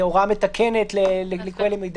ומה לגבי החנויות לגני ילדים?